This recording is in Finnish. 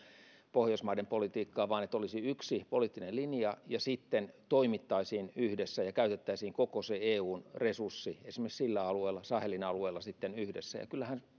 pohjoismaiden politiikkaa vaan että olisi yksi poliittinen linja ja sitten toimittaisiin yhdessä ja käytettäisiin se koko eun resurssi esimerkiksi sillä alueella sahelin alueella yhdessä kyllähän se